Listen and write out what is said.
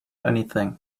anything